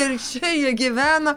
ir čia jie gyvena